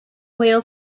oil